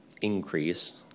increase